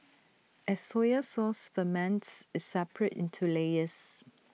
as soy sauce ferments IT separates into layers